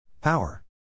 Power